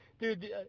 dude